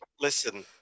listen